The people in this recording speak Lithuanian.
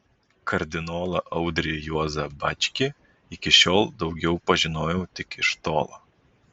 kardinolą audrį juozą bačkį iki šiol daugiau pažinojau tik iš tolo